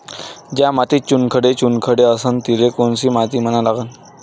ज्या मातीत चुनखडे चुनखडे असन तिले कोनची माती म्हना लागन?